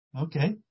Okay